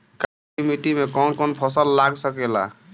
काली मिट्टी मे कौन कौन फसल लाग सकेला?